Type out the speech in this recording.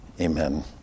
Amen